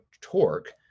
torque